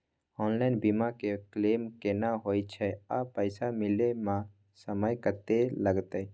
Online बीमा के claim केना होय छै आ पैसा मिले म समय केत्ते लगतै?